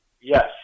yes